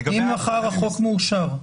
נניח שמחר החוק מאושר?